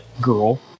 girl